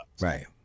Right